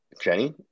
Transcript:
Jenny